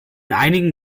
einigen